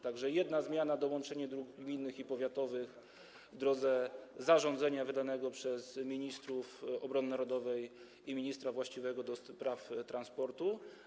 Tak że jedna zmiana: dołączenie dróg gminnych i powiatowych w drodze zarządzenia wydanego przez ministrów obrony narodowej i ministra właściwego do spraw transportu.